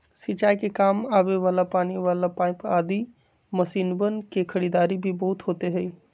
सिंचाई के काम आवे वाला पानी वाला पाईप आदि मशीनवन के खरीदारी भी बहुत होते हई